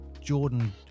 Jordan